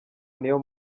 niyo